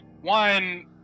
one